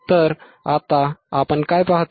तर आता आपण काय पाहतो